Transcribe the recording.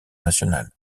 national